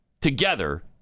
together